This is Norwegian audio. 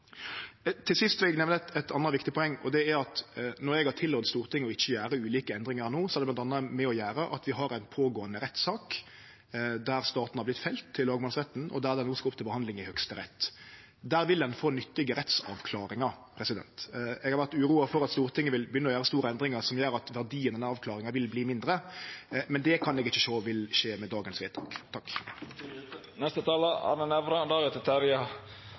Til sist vil eg nemne eit anna viktig poeng, og det er at når eg har rådd Stortinget til ikkje å gjere ulike endringar no, har det bl.a. å gjere med at vi har ein pågåande rettssak der staten har vorte felt i lagmannsretten, og saka skal no opp til behandling i Høgsterett. Der vil ein få nyttige rettsavklaringar. Eg har vore uroa for at Stortinget ville begynne å gjere store endringar, slik at verdien av denne avklaringa ville verte mindre, men det kan eg ikkje sjå vil skje med dagens vedtak.